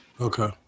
Okay